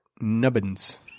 Nubbins